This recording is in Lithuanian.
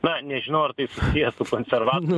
na nežinau ar tai susiję su konservantais